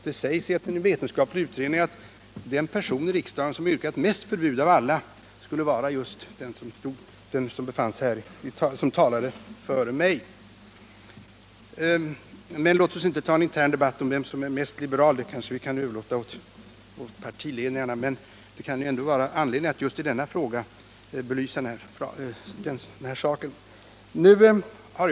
Det sägs i en vetenskaplig utredning att den person som mest av alla yrkat på förbud skulle vara just den som talade före mig. Men låt oss inte ta en intern debatt om vem som är mest liberal — det kanske vi kan överlåta åt partiledningarna. Det kan emellertid ändå finnas anledning att just i den här frågan omnämna dessa principfrågor.